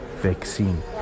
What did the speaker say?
vaccine